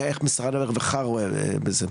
איך משרד הרווחה רואה את זה.